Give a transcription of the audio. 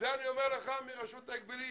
אני אומר לנציג מרשות ההגבלים,